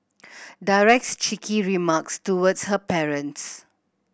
directs cheeky remarks towards her parents